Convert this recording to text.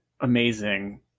amazing